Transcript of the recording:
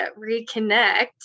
reconnect